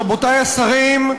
רבותי השרים,